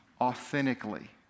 authentically